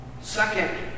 Second